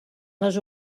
les